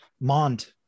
Mont